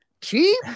cheap